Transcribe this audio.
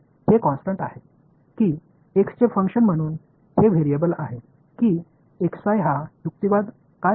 இது நிலையானதா அல்லது இது x இன் செயல்பாடாக மாறக்கூடியதா இந்த வாதம் என்ன